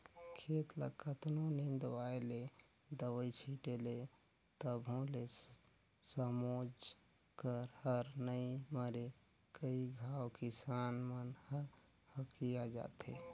खेत ल कतनों निंदवाय ले, दवई छिटे ले तभो ले सबोच बन हर नइ मरे कई घांव किसान मन ह हकिया जाथे